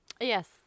Yes